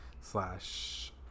slash